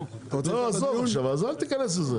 אוקיי אז אני למה אני השארתי אותם?